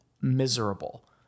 miserable